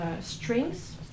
strings